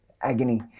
agony